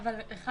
אבל (1),